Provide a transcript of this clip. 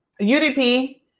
UDP